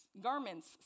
garments